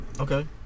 Okay